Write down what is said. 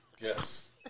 Yes